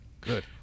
Good